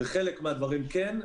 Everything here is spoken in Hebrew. בחלק מהדברים כן.